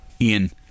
Ian